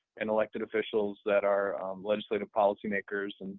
and elected officials that are legislative policy makers, and